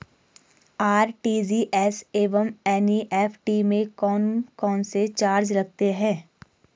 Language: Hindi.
आर.टी.जी.एस एवं एन.ई.एफ.टी में कौन कौनसे चार्ज लगते हैं?